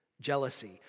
jealousy